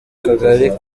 kagari